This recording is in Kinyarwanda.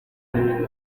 mwuga